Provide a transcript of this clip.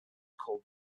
called